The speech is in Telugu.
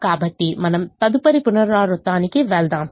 కాబట్టి మనము తదుపరి పునరావృతానికి వెళ్తాము